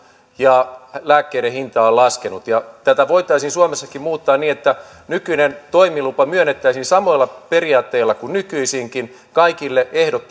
ja lääkkeiden hinta on laskenut tätä voitaisiin suomessakin muuttaa niin että nykyinen toimilupa myönnettäisiin samoilla periaatteilla kuin nykyisinkin kaikille ehdot